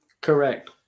correct